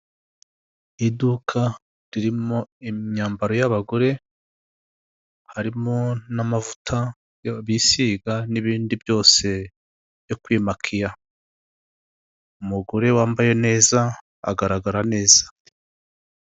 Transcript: Iduka ririmo imyambaro y'abagore, harimo n'amavuta bisiga, n'ibindi byose byo kwimakiraya. Umugore wambaye neza agaragara neza.